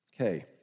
Okay